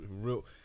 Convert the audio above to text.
real